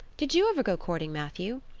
did you ever go courting, matthew?